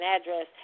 address